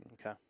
Okay